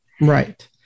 right